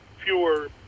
fewer